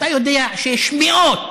אתה יודע שיש מאות